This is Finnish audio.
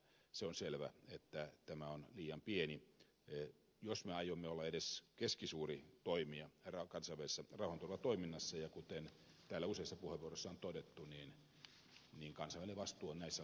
se on selvä että tämä on liian pieni määrä jos me aiomme olla edes keskisuuri toimija kansainvälisessä rauhanturvatoiminnassa ja kuten täällä useissa puheenvuoroissa on todettu kansainvälinen vastuu on näissä asioissa yhteinen